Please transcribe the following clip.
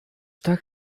tak